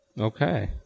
Okay